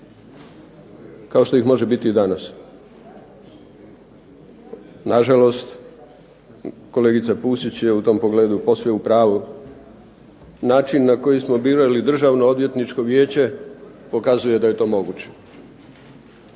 kao što ih može biti i danas. Nažalost, kolegica Pusić je u tom pogledu posve u pravu. Način na koji smo birali Državno-odvjetničko vijeće pokazuje da je to moguće.